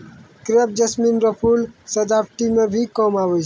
crepe jasmine रो फूल सजावटी मे भी काम हुवै छै